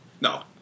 No